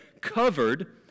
covered